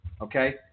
Okay